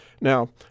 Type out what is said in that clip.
Now